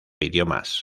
idiomas